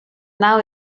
now